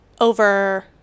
over